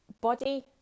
body